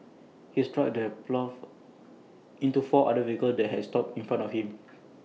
his truck then ploughed into four other vehicles that had stopped in front of him